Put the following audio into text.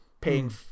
paying